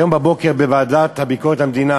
היום בבוקר בוועדת ביקורת המדינה